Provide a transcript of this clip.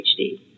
PhD